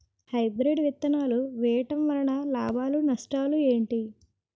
Hybrid విత్తనాలు వేయటం వలన లాభాలు నష్టాలు ఏంటి?